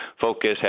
focus